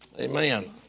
Amen